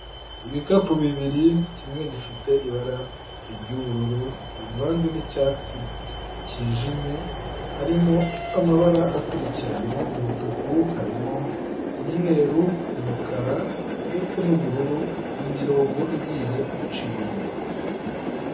Ibikapu bibiri, kimwe gifite ibara ry'ubururu buvanze n'icyatsi cyijimye harimo amabara akurikira harimo umutuku, harimo umweru, umukara ndetse n'ubururu mu mirongo igiye iciyemo.